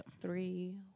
three